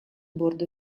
bordo